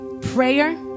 prayer